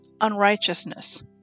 unrighteousness